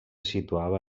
situava